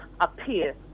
appear